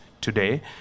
today